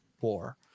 war